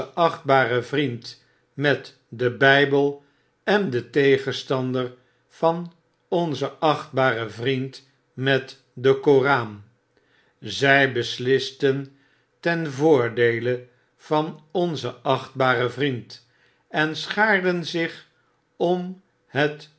achtbaren vriend met den bjjbel en den tegenstander van onzen achtbaren vriend met den koran zy beslisten ten voordeele van onzen achtbaren vriend en schaarden zich om het